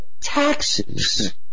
taxes